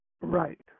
right